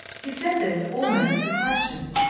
he said this almost as a question,